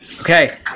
Okay